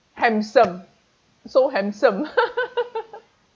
handsome so handsome